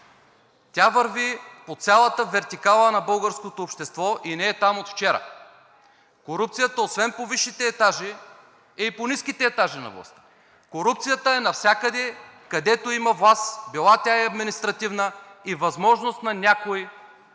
тя върви по цялата вертикала на българското общество и не е там от вчера. Корупцията освен по висшите етажи е и по-ниските етажи на властта. Корупцията е навсякъде, където има власт – била тя административна, и възможност някой